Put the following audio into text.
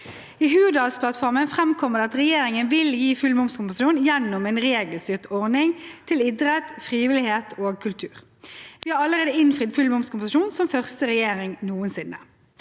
I Hurdalsplattformen framkommer det at regjeringen vil gi full momskompensasjon gjennom en regelstyrt ordning til idrett, frivillighet og kultur. Vi har allerede innfridd full momskompensasjon, som første regjering noensinne.